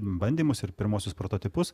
bandymus ir pirmuosius prototipus